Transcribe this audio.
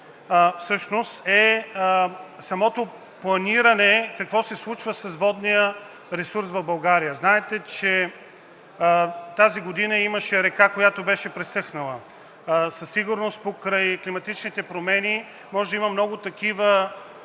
важно, е самото планиране какво се случва с водния ресурс в България. Знаете, че тази година имаше река, която беше пресъхнала. Със сигурност покрай климатичните промени може да има много такива